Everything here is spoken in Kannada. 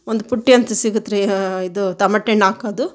ಒಂದು ಪುಟ್ಟಿ ಅಂತ ಸಿಗುತ್ತೆ ರೀ ಇದು ತಮಟೆ ಹಣ್ಣು ಹಾಕೋದು